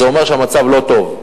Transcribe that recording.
אז זה אומר שהמצב לא טוב.